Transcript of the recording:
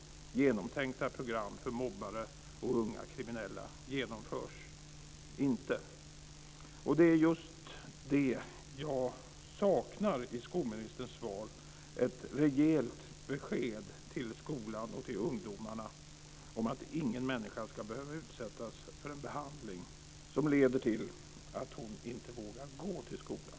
Genomtänkta program för mobbare och unga kriminella genomförs inte. Det som jag saknar i skolministerns svar är just ett rejält besked till skolan och till ungdomarna om att ingen människa ska behöva utsättas för en behandling som leder till att han eller hon inte vågar gå till skolan.